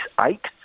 eight